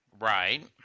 Right